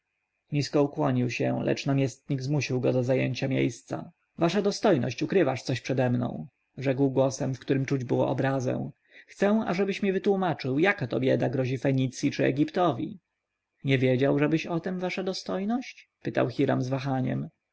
nisko ukłonił się lecz namiestnik zmusił go do zajęcia miejsca wasza dostojność ukrywasz coś przede mną rzekł głosem w którym czuć było obrazę chcę ażebyś mi wytłomaczył jaka to bieda grozi fenicji czy egiptowi nie wiedziałżebyś o tem wasza dostojność pytał hiram z wahaniem